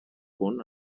punt